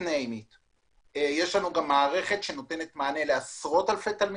יש מערכת שנותנת מענה לעשרות אלפי תלמידים,